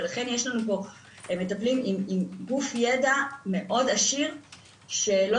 ולכן יש לנו פה מטפלים עם גוף ידע מאוד עשיר שלא